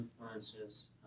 influences